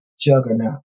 juggernaut